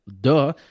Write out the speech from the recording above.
duh